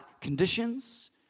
conditions